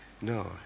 No